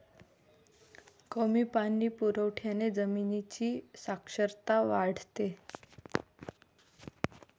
कमी पाणी पुरवठ्याने जमिनीची क्षारता वाढते